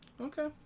Okay